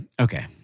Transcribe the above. okay